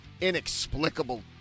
inexplicable